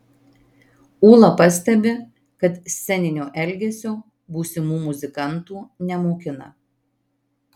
ūla pastebi kad sceninio elgesio būsimų muzikantų nemokina